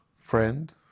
friend